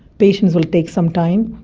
patients will take some time,